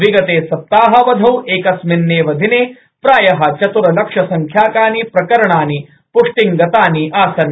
विगते सप्ताहावधौ एकस्मिन्नेव दिनेप्राय चतुर्लक्ष संख्याकानि प्रकरणानि पृष्टिं गतानि आसन्